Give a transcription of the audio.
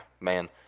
man